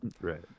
Right